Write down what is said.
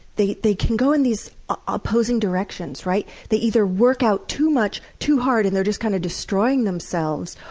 they they can go in these ah opposing directions, right? they either work out too much, too hard, and they're just kind of destroying themselves.